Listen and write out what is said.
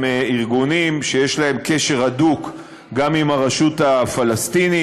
הם ארגונים שיש להם קשר הדוק גם עם הרשות הפלסטינית,